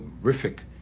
horrific